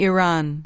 Iran